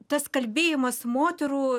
tas kalbėjimas moterų